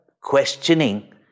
questioning